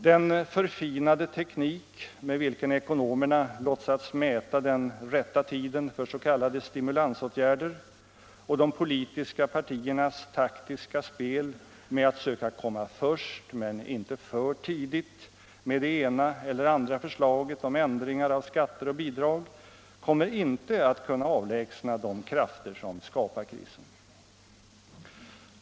Den förfinade teknik med vilken ekonomerna låtsas mäta den rätta tiden för s.k. stimulansåtgärder och de politiska partiernas taktiska spel med att söka komma först men inte för tidigt med det ena eller andra förslaget om ändringar av skatter och bidrag kommer ej att kunna avlägsna de krafter som skapar krisen.